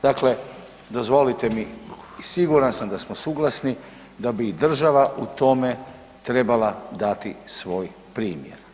Dakle, dozvolite mi i siguran sam da smo suglasni da bi i država u tome trebala dati svoj primjer.